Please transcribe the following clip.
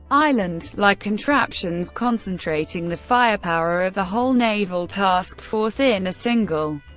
island-like like contraptions concentrating the firepower of a whole naval task force in a single,